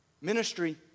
Ministry